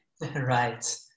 Right